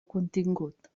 contingut